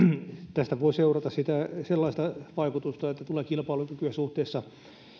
tästä voi seurata sellaista vaikutusta että tulee kilpailukykyä suhteessa